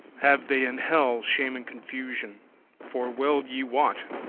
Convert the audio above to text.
have they in hell shame and confusion for well ye wot,